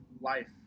life